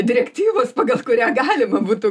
direktyvos pagal kurią galima būtų